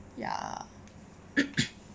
ya